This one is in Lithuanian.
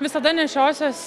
visada nešiosiuos